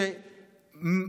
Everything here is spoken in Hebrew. תודה.